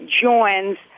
joins